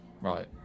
right